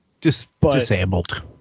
Disabled